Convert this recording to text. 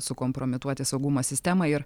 sukompromituoti saugumo sistemą ir